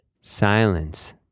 Silence